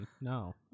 no